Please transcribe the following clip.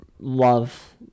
love